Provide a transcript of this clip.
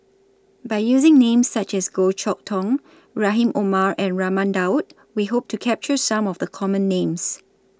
By using Names such as Goh Chok Tong Rahim Omar and Raman Daud We Hope to capture Some of The Common Names